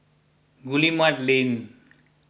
Guillemard Lane